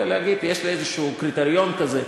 אלא להגיד: יש לי איזה קריטריון כזה,